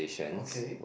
okay